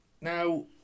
Now